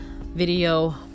Video